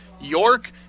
York